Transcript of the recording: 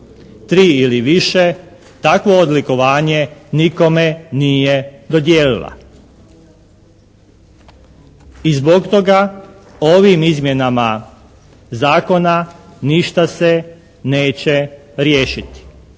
ili više takvo odlikovanje nikome nije dodijelila. I zbog toga ovim izmjenama zakona ništa se neće riješiti.